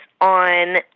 on